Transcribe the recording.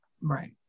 Right